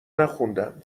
نخوندم